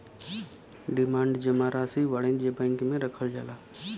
demand जमा राशी वाणिज्य बैंक मे रखल जाला